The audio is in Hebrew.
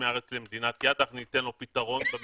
מהארץ למדינת יעד אנחנו ניתן לו פיתרון במיידי.